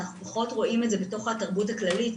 אנחנו פחות רואים את זה בתוך התרבות הכללית,